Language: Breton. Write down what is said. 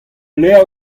levr